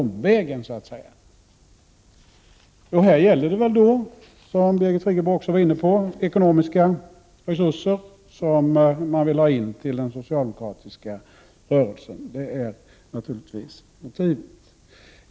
Motivet är naturligtvis, som Birgit Friggebo var inne på, ekonomiska resurser som man vill ha in till den socialdemokratiska rörelsen.